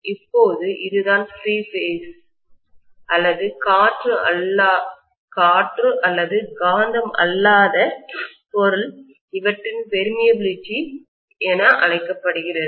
இப்போது இதுதான் free space இலவச இடம் அல்லது காற்று அல்லது காந்தம் அல்லாத பொருள் இவற்றின் பெர்மியபிலில்டி ஊடுருவல் என அழைக்கப்படுகிறது